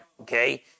okay